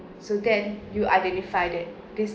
so then you identify that this